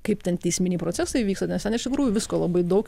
kaip ten teisminiai procesai vyksta nes ten iš tikrųjų visko labai daug